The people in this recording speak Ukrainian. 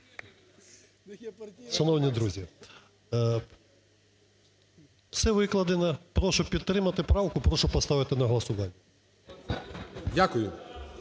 Дякую.